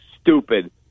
stupid